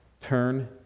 turn